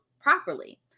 properly